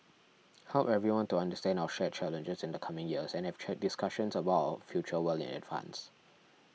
help everyone to understand our shared challenges in the coming years and have check discussions about our future well in advance